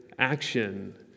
action